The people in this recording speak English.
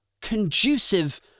conducive